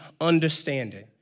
understanding